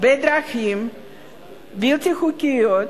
בדרכים בלתי חוקיות